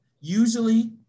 usually